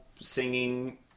singing